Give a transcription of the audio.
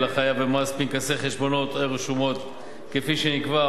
החייב במס פנקסי חשבונות או רשומות כפי שנקבע,